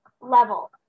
level